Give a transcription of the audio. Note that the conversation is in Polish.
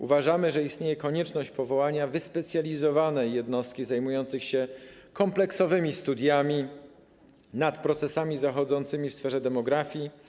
Uważamy, że istnieje konieczność powołania wyspecjalizowanej jednostki zajmującej się kompleksowymi studiami nad procesami zachodzącymi w sferze demografii.